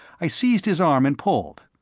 i seized his arm and pulled.